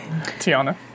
Tiana